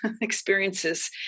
experiences